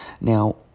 now